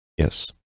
yes